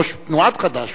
ראש תנועת חד"ש,